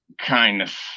kindness